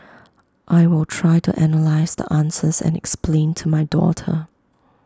I will try to analyse the answers and explain to my daughter